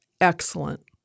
excellent